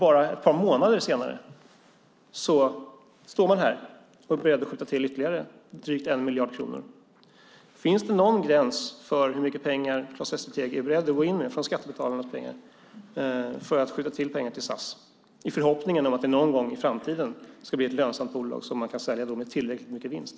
Bara ett par månader senare står man här och är beredd att skjuta till ytterligare drygt 1 miljard kronor. Finns det någon gräns för hur mycket pengar Claes Västerteg är beredd att gå in med från skattebetalarnas pengar för att skjuta till pengar till SAS i förhoppningen om att det någon gång i framtiden ska bli ett lönsamt bolag som man kan sälja med tillräckligt mycket vinst?